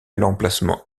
l’emplacement